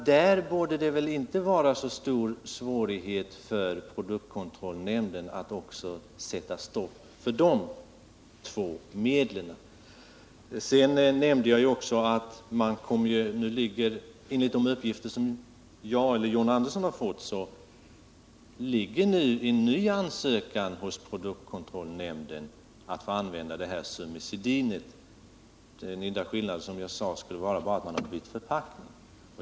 Det borde inte vara så stor svårighet för produktkontrollnämnden att sätta stopp också för dessa två medel. Enligt de uppgifter som John Andersson har fått ligger nu, som jag nämnde, hos produktkontrollnämnden en ny ansökan om tillstånd för användning av sumicidin. Som jag också sade är den enda skillnaden den att man har bytt förpackning.